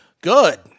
Good